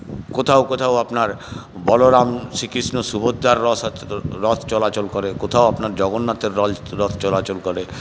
কোথাও কোথাও আপনার বলরাম শ্রীকৃষ্ণ সুভদ্রার রস রথ চলাচল করে কোথাও আপনার জগন্নাথের রথ চলাচল করে